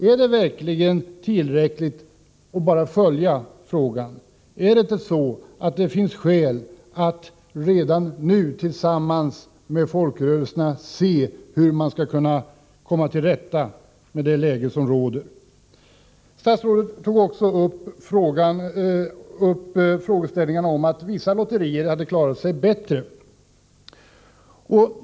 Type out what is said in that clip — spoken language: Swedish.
Är det verkligen tillräckligt att följa frågan? Finns det inte skäl att redan nu tillsammans med folkrörelserna se hur man skall kunna komma till rätta med det läge som råder? Statsrådet nämnde också att vissa lotterier klarat sig bättre.